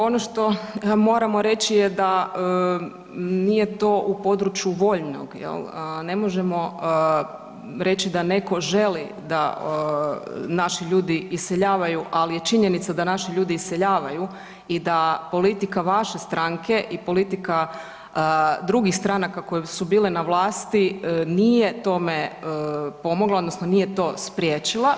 Ono što moramo reći je da nije u području voljnog jel ne možemo reći da neko želi da naši ljudi iseljavaju, ali je činjenica da naši ljudi iseljavaju i da politika vaše stranke i politika drugih stranaka koje su bile na vlasti nije tome pomogla odnosno nije to spriječila.